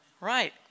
Right